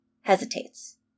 Hesitates